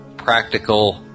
practical